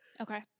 Okay